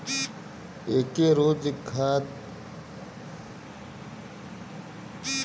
एके रोज रोज खा त दिमाग ठीक रही अउरी आदमी खुशो रही